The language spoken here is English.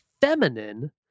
feminine